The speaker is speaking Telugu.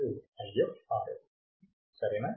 Now ఇప్పుడు సరేనా